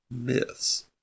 myths